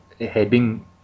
heading